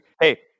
hey